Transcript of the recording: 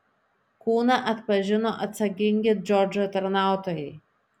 kūną atpažino atsakingi džordžo tarnautojai